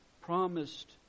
promised